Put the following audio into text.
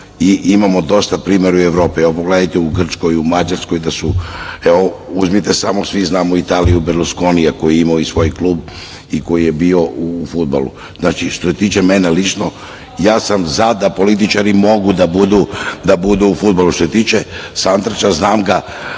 i imamo dosta primera u Evropi. Evo, pogledajte u Grčkoj u Mađarskoj, uzmite samo, svi znamo Italiju, Berluskonija koji je imao i svoj klub i koji je bio u fudbalu. Znači, što se tiče mene lično ja sam za da političari mogu da budu u fudbalu. Što se tiče Santrača, znam ga